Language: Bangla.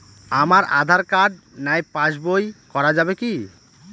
আমার আঁধার কার্ড নাই পাস বই করা যাবে কি?